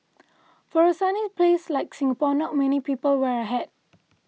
for a sunny place like Singapore not many people wear a hat